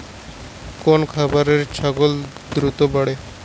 কোন খাওয়ারে ছাগল দ্রুত বাড়ে?